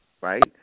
Right